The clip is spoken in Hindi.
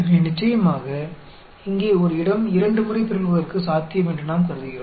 तो निश्चित रूप से यहाँ हम यह मानते हैं कि साइट के दो बार म्यूटेशन होने की प्रोबेबिलिटी है